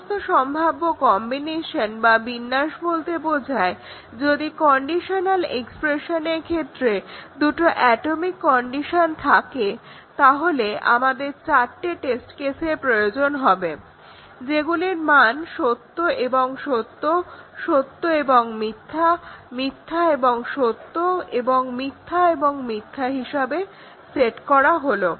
সমস্ত সম্ভাব্য কম্বিনেশন বা বিন্যাস বলতে বোঝায় যদি কন্ডিশনাল এক্সপ্রেশনের ক্ষেত্রে দুটো অ্যাটমিক কন্ডিশন থাকে তাহলে আমাদের চারটে টেস্ট কেসের প্রয়োজন যেগুলির মান সত্য এবং সত্য সত্য এবং মিথ্যা মিথ্যা এবং সত্য এবং মিথ্যা এবং মিথ্যা হিসাবে সেট করা হলো